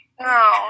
No